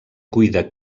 cuida